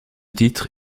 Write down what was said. titre